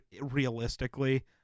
realistically